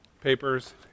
papers